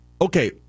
okay